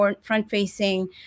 front-facing